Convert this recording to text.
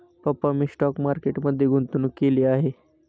पप्पा मी stock market मध्ये गुंतवणूक केली आहे